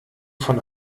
von